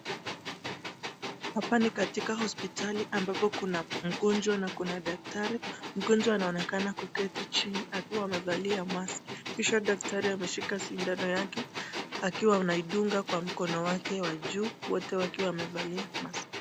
Hapa ni katika hospitali ambapo kuna mgonjwa na kuna daktari. Mgonjwa anaonekana kuketi chini akiwa amevalia mask . Kisha daktari ameshika sindano yake akiwa anaidunga kwa mkono wake wa juu, wote wakiwa wamevalia mask .